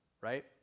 right